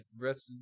rest